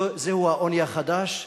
זהו העוני החדש,